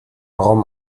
warum